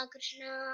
Krishna